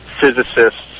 physicists